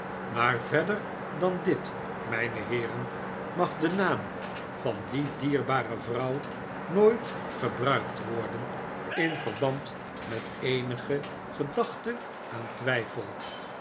maar verder dan dit mijne heeren mag de naam van die dierbare vrouw nooit gebruikt worden in verband met eenige gedachte aan twijfel